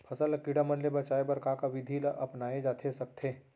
फसल ल कीड़ा मन ले बचाये बर का का विधि ल अपनाये जाथे सकथे?